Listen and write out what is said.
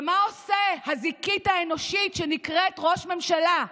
ומה עושה הזיקית האנושית שנקראת ראש ממשלה?